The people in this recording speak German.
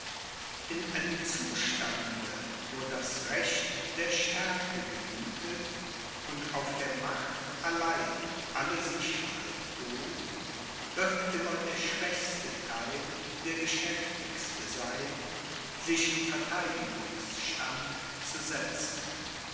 in einem zustande wo das recht der stärke gebietet und auf der macht allein alle sicherheit beruht wird immer der schwächste theil der geschäftigste sein sich in vertheidigungsstand zu setzen